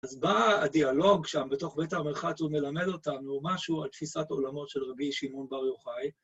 אז בא הדיאלוג שם, בתוך בית המרחץ הוא מלמד אותנו משהו על תפיסת עולמות של רבי שמעון בר יוחאי.